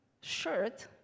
shirt